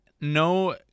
no